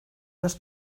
los